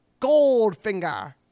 Goldfinger